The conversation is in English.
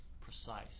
precise